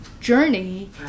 journey